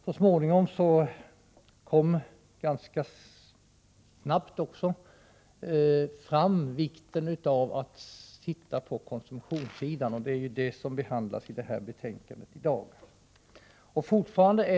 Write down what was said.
Så småningom, och det ganska snabbt, kom man fram till vikten av att se på konsumtionssidan. Detta behandlas i betänkandet i dag.